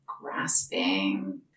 grasping